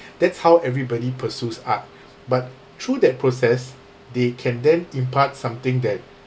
that's how everybody pursues art but through that process they can then impart something that